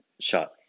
Shot